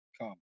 come